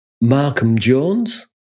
Markham-Jones